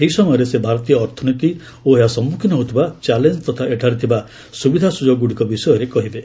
ଏହି ସମୟରେ ସେ ଭାରତୀୟ ଅର୍ଥନୀତି ଓ ଏହା ସମ୍ମୁଖୀନ ହେଉଥିବା ଚାଲେଞ୍ଜ ତଥା ଏଠାରେ ଥିବା ସୁବିଧା ସୁଯୋଗଗୁଡ଼ିକ ବିଷୟରେ କହିବେ